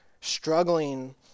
struggling